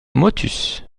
motus